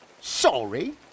Sorry